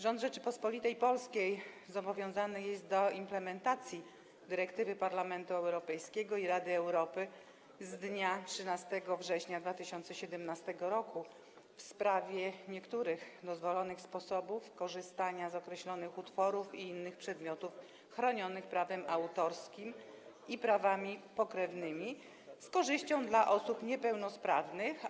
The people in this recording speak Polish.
Rząd Rzeczypospolitej Polskiej zobowiązany jest do implementacji dyrektywy Parlamentu Europejskiego i Rady Europy z dnia 13 września 2017 r. w sprawie niektórych dozwolonych sposobów korzystania z określonych utworów i innych przedmiotów chronionych prawem autorskim i prawami pokrewnymi z korzyścią dla osób niepełnosprawnych.